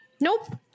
Nope